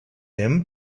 him